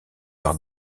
par